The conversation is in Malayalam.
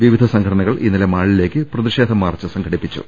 വിവിധ സംഘടനകൾ ഇന്നലെ മാളിലേക്ക് പ്രതിഷേധ മാർച്ച് സംഘടിപ്പിച്ചു